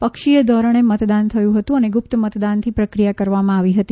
પક્ષીય ધોરણે મતદાન થયું હતું અને ગુપ્ત મતદાનથી પ્રક્રિયા કરવામાં આવી હતી